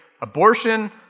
abortion